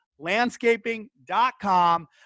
Landscaping.com